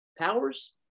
powers